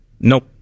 Nope